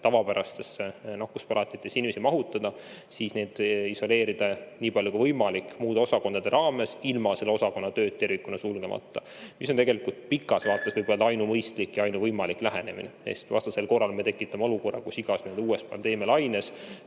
tavapärastesse nakkuspalatitesse inimesi mahutada, siis saaks neid isoleerida nii palju kui võimalik muude osakondade raames ilma osakonna tööd tervikuna sulgemata. See on pikas vaates, võib öelda, ainumõistlik ja ainuvõimalik lähenemine. Vastasel korral me tekitame olukorra, kus igas uues pandeemialaines